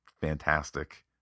fantastic